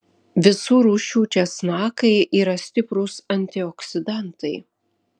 visų rūšių česnakai yra stiprūs antioksidantai